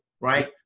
right